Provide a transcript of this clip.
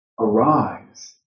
arise